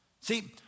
See